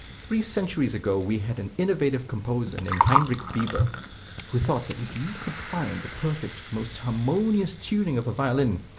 three centuries ago we had an innovative composer named heinrich biber who thought that if you could find the perfect, most harmonious tuning of a violin,